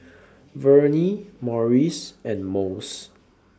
Vernie Morris and Mose